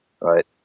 right